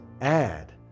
add